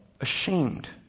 ashamed